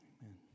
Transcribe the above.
Amen